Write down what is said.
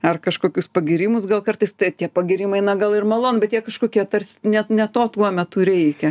ar kažkokius pagyrimus gal kartais tie pagyrimai na gal ir malonu bet jie kažkokie tarsi net ne to tuo metu reikia